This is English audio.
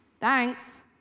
Thanks